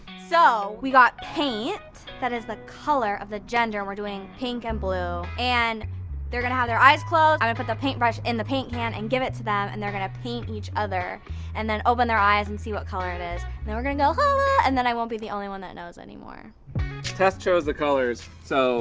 so we got paint that is the color of the gender we're doing pink and blue and they're gonna have their eyes closed i'm gonna put the paint brush in the paint can and give it to them and they're gonna paint each other and then open their eyes and see what color it is then we're gonna go home and then i won't be the only one that knows any more tess knows the colors so